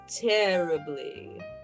Terribly